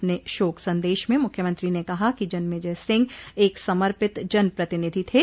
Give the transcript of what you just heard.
अपने शोक संदेश में मुख्यमंत्री ने कहा कि जन्मेजय सिंह एक समर्पित जनप्रतिनिधि थे